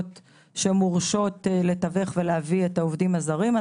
שמורשות לתווך ולהביא את העובדים הזרים,